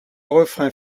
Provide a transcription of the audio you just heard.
refrain